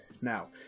Now